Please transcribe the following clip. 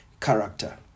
character